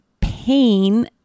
pain